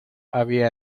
había